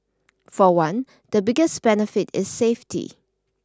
for one the biggest benefit is safety